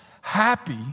happy